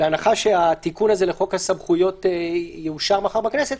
בהנחה שהתיקון הזה לחוק הסמכויות יאושר מחר בכנסת,